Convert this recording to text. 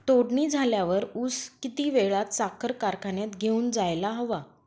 तोडणी झाल्यावर ऊस किती वेळात साखर कारखान्यात घेऊन जायला हवा?